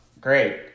great